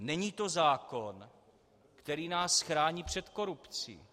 Není to zákon, který nás chrání před korupcí.